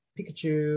Pikachu